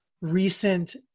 recent